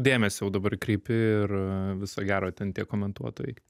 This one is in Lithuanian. dėmesio jau dabar kreipi ir viso gero ten tie komentuotojai